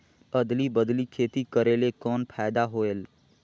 अदली बदली खेती करेले कौन फायदा होयल?